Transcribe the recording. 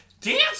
Dance